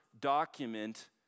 document